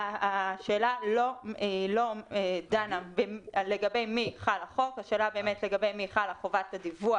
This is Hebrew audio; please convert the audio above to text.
השאלה לא דנה לגבי מי חל החוק אלא על מי חלה חובת הדיווח,